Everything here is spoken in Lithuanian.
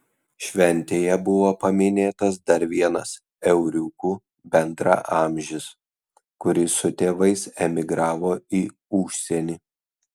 šventėje buvo paminėtas dar vienas euriukų bendraamžis kuris su tėvais emigravo į užsienį